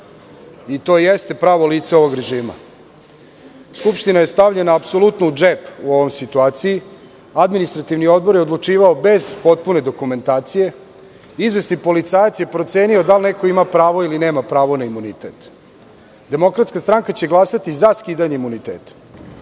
i to jeste pravo lice ovog režima. Skupština je stavljena u džep u ovoj situaciji. Administrativni odbor je odlučivao bez potpune dokumentacije. Izvesni policajac je procenio da li neko ima pravo ili nema pravo na imunitet. Demokratska stranka će glasati za skidanje imuniteta